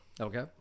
Okay